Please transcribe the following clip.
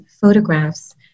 photographs